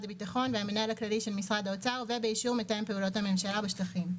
הביטחון והמנהל הכללי של משרד האוצר ובאישור מתאם פעולות הממשלה בשטחים."